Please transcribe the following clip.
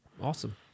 Awesome